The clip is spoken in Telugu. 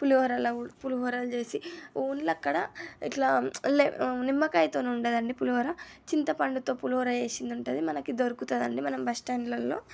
పులిహోరలో పులిహోరాలు చేసి ఓన్లీ అక్కడ ఇట్లా లే నిమ్మకాయతోని ఉండదండి పులిహోర చింతపండుతో పులిహార చేసిందుంటది మనకి దొరుకుతదండీ మనం బస్టాండులల్లో